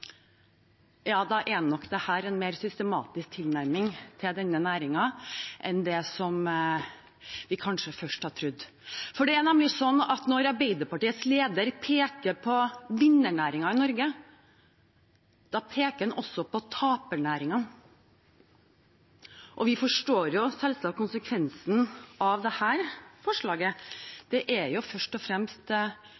ja da er nok dette en mer systematisk tilnærming til denne næringen enn det vi kanskje først har trodd. For det er nemlig sånn at når Arbeiderpartiets leder peker på vinnernæringene i Norge, peker han også på tapernæringene. Og vi forstår selvsagt konsekvensen av dette forslaget: Det